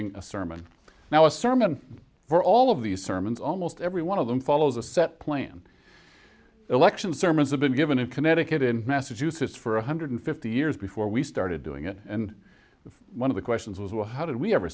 g a sermon now a sermon for all of these sermons almost every one of them follows a set plan election sermons have been given in connecticut in massachusetts for one hundred fifty years before we started doing it and one of the questions was well how did we ever